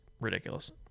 ridiculous